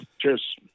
Cheers